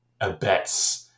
abets